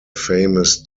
famous